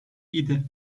idi